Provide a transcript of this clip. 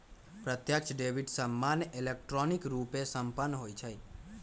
प्रत्यक्ष डेबिट सामान्य इलेक्ट्रॉनिक रूपे संपन्न होइ छइ